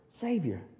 savior